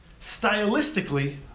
stylistically